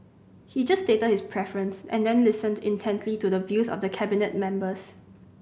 he just stated his preference and then listened intently to the views of Cabinet members